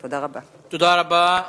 תודה רבה תודה רבה.